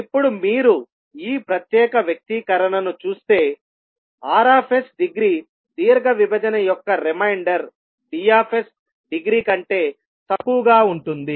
ఇప్పుడు మీరు ఈ ప్రత్యేక వ్యక్తీకరణను చూస్తే R డిగ్రీ దీర్ఘ విభజన యొక్క రిమైండర్ D డిగ్రీ కంటే తక్కువగా ఉంటుంది